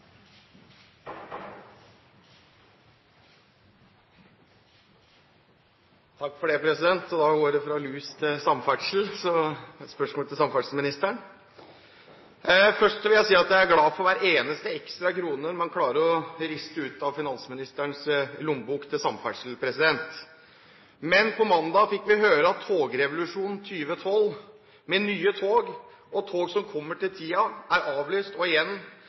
lus til samferdsel. Jeg har et spørsmål til samferdselsministeren. Først vil jeg si at jeg er glad for hver eneste ekstra krone man klarer å riste ut av finansministerens lommebok til samferdsel. Men på mandag fikk vi høre at togrevolusjonen 2012, med nye tog og tog som kommer til tiden, er avlyst, og